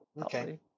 Okay